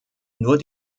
nur